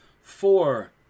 four